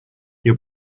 your